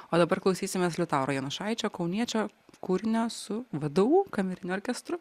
o dabar klausysimės liutauro janušaičio kauniečio kūrinio su vdu kameriniu orkestru